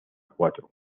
cuatro